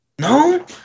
No